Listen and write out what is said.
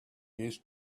years